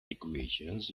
equations